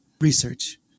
research